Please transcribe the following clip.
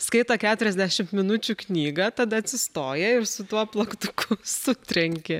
skaito keturiasdešimt minučių knygą tada atsistoja ir su tuo plaktuku sutrenkė